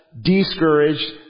discouraged